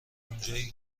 اونجایی